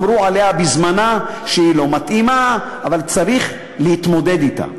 אמרו עליה בזמנה שהיא לא מתאימה אבל צריך להתמודד אתה.